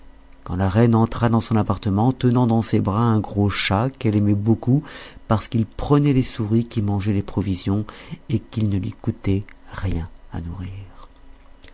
quand la reine entra dans son appartement tenant dans ses bras un gros chat qu'elle aimait beaucoup parce qu'il prenait les souris qui mangeaient ses provisions et qu'il ne lui coûtait rien à nourrir